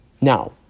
Now